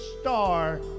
star